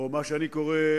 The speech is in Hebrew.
או מה שאני קורא,